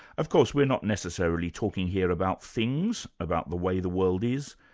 of course, we're not necessarily talking here about things, about the way the world is,